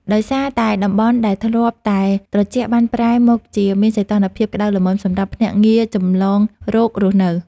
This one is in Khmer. ដោយសារតែតំបន់ដែលធ្លាប់តែត្រជាក់បានប្រែមកជាមានសីតុណ្ហភាពក្ដៅល្មមសម្រាប់ភ្នាក់ងារចម្លងរោគរស់នៅ។